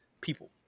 People